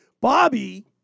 Bobby